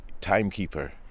timekeeper